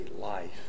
life